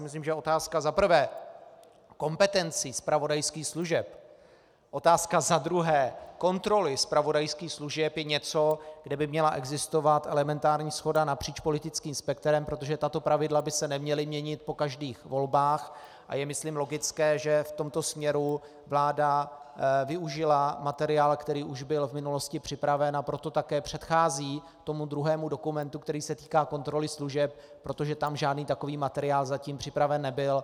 Myslím si, že otázka za prvé kompetencí zpravodajských služeb, otázka za druhé kontroly zpravodajských služeb je něco, kde by měla existovat elementární shoda napříč politickým spektrem, protože tato pravidla by se neměla měnit po každých volbách, a je, myslím, logické, že v tomto směru vláda využila materiál, který už byl v minulosti připraven, a proto také předchází tomu druhému dokumentu, který se týká kontroly služeb, protože tam žádný takový materiál zatím připraven nebyl.